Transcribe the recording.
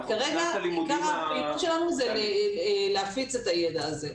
כרגע עיקר הפעילות שלנו היא להפיץ את הידע הזה.